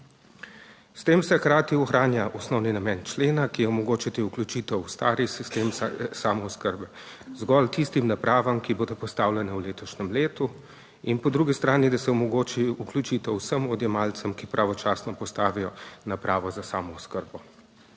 S tem se hkrati ohranja osnovni namen člena, ki je omogočiti vključitev v stari sistem samooskrbe zgolj tistim napravam, ki bodo postavljene v letošnjem letu, in po drugi strani, da se omogoči vključitev vsem odjemalcem, ki pravočasno postavijo napravo za samooskrbo.